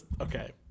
okay